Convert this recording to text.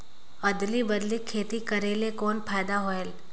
अदली बदली खेती करेले कौन फायदा होयल?